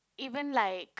even like